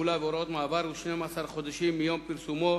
תחולה והוראות מעבר" הוא 12 חודשים מיום פרסומו